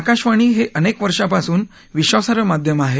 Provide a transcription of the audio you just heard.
आकाशवाणी हे अनेक वर्षांपासून विश्वासार्ह माध्यम आहे